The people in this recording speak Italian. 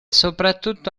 soprattutto